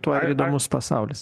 tuo įdomus pasaulis